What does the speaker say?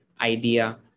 idea